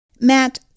Matt